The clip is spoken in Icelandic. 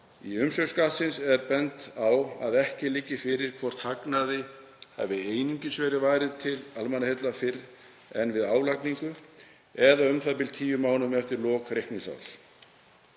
Í umsögn Skattsins er bent á að ekki liggi fyrir hvort hagnaði hafi einungis verið varið til almannaheilla fyrr en við álagningu, eða um það bil tíu mánuðum eftir lok reikningsárs.